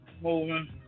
moving